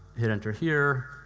hit enter here,